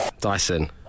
Dyson